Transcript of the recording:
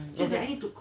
hmm just that